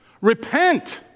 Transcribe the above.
Repent